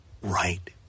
right